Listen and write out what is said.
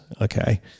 Okay